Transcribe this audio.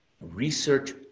research